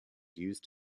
used